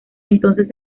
entonces